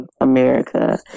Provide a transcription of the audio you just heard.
America